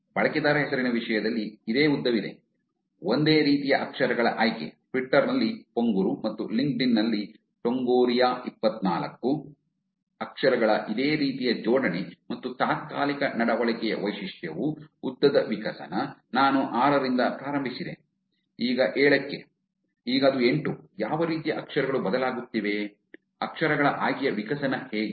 ಬಳಕೆದಾರ ಹೆಸರಿನ ವಿಷಯದಲ್ಲಿ ಇದೇ ಉದ್ದವಿದೆ ಒಂದೇ ರೀತಿಯ ಅಕ್ಷರಗಳ ಆಯ್ಕೆ ಟ್ವಿಟರ್ ನಲ್ಲಿ ಪೊಂಗುರು ಮತ್ತು ಲಿಂಕ್ಡ್ಇನ್ ನಲ್ಲಿ ಟೊಂಗೋರಿಯಾ ಇಪ್ಪತ್ತನಾಲ್ಕು ಅಕ್ಷರಗಳ ಇದೇ ರೀತಿಯ ಜೋಡಣೆ ಮತ್ತು ತಾತ್ಕಾಲಿಕ ನಡವಳಿಕೆಯ ವೈಶಿಷ್ಟ್ಯವೂ ಉದ್ದದ ವಿಕಸನ ನಾನು ಆರರಿಂದ ಪ್ರಾರಂಭಿಸಿದೆ ಈಗ ಏಳಕ್ಕೆ ಈಗ ಅದು ಎಂಟು ಯಾವ ರೀತಿಯ ಅಕ್ಷರಗಳು ಬದಲಾಗುತ್ತಿವೆ ಅಕ್ಷರಗಳ ಆಯ್ಕೆಯ ವಿಕಸನ ಹೀಗೆ